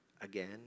again